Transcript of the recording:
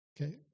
Okay